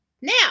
Now